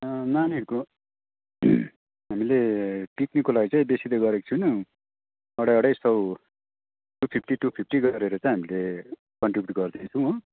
नानीहरूको हामीले पिकनिकको लागि चाहिँ बेसी त गरेको छुइनौँ अढाई अढाई सय टू फिफ्टी टू फिफ्टी गरेर चाहिँ हामीले कन्ट्रिब्युट गर्दैछौँ हो